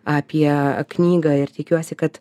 apie knygą ir tikiuosi kad